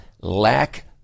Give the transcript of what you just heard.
lack